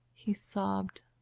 he sobbed.